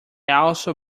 also